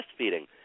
breastfeeding